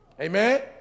Amen